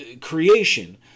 creation